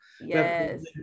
Yes